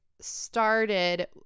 started